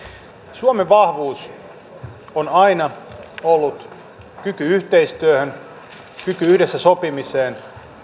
suomen vahvuus on aina ollut kyky yhteistyöhön kyky yhdessä sopimiseen